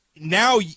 Now –